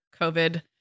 COVID